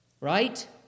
right